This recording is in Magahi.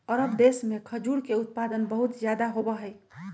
अरब देश में खजूर के उत्पादन बहुत ज्यादा होबा हई